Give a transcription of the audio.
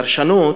פרשנות: